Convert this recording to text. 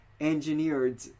engineered